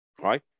right